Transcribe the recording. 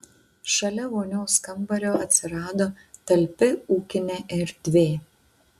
šalia vonios kambario atsirado talpi ūkinė erdvė